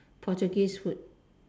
Portuguese food